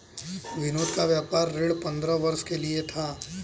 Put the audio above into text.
विनोद का व्यापार ऋण पंद्रह वर्ष के लिए था